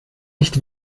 nicht